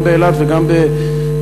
גם באילת וגם בים-המלח,